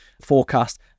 forecast